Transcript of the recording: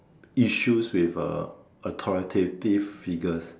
issues with uh authoritative figures